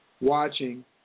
watching